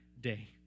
day